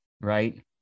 right